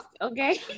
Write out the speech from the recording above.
Okay